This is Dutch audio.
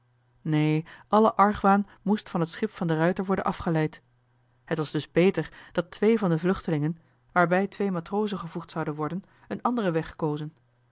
neen alle argwaan moest van het schip van de ruijter worden afgeleid het was dus beter dat twee van de vluchtelingen waarbij twee matrozen gevoegd zouden worden een anderen weg kozen